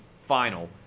final